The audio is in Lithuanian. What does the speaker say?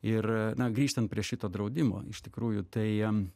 ir na grįžtant prie šito draudimo iš tikrųjų tai jam